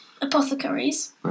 apothecaries